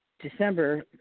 December